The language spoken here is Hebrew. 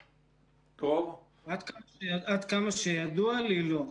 עד כמה שידוע לי, לא.